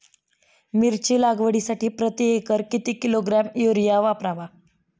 मिरची लागवडीसाठी प्रति एकर किती किलोग्रॅम युरिया वापरावा?